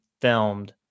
filmed